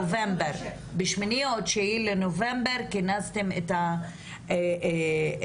ב-8 או 9 לנובמבר כינסתם את הוועדה.